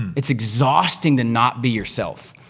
it's exhausting to not be yourself,